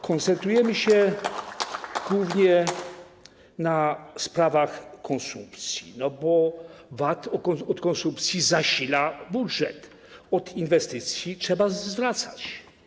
Koncentrujemy się głównie na sprawach konsumpcji, bo VAT od konsumpcji zasila budżet, a od inwestycji - trzeba zwracać.